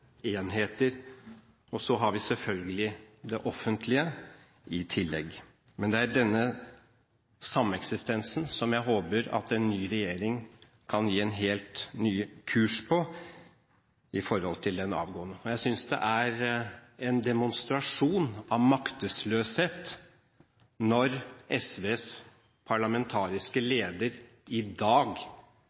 enheter. Og så har vi selvfølgelig det offentlige i tillegg. Det er denne sameksistensen jeg håper at en ny regjering kan gi helt ny kurs på i forhold til den avgåtte. Jeg synes det er en demonstrasjon av maktesløshet når SVs parlamentariske leder i dag